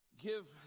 give